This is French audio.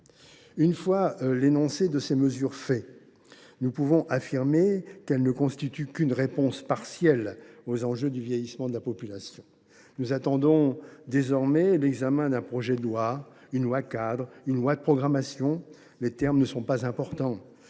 dressée la liste de ces mesures, nous pouvons affirmer qu’elles ne constituent qu’une réponse partielle aux enjeux du vieillissement de la population. Nous attendons désormais l’examen d’un projet de loi, d’une loi cadre ou d’une loi de programmation – les termes ne sont pas importants